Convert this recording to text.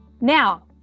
Now